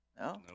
No